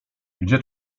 gdzie